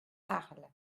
arles